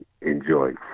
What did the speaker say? enjoy